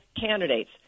candidates